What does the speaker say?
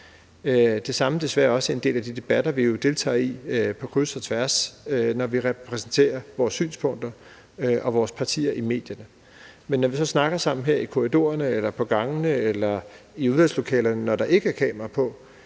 tilfældet ved en del af de debatter, vi jo deltager i på kryds og tværs, når vi repræsenterer vores synspunkter og vores partier i medierne. Men når vi så snakker sammen her i korridorerne eller på gangene eller i udvalgslokalerne, når der ikke er kamera på,